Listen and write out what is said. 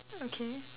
okay